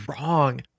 wrong